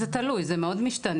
זה תלוי, זה מאוד משתנה.